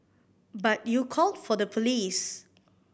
but you called for the police